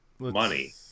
money